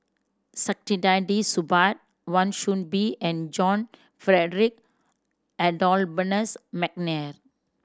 Saktiandi Supaat Wan Soon Bee and John Frederick Adolphus McNair